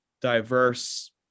diverse